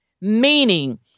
meaning